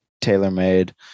tailor-made